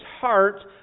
heart